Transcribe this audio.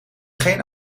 geen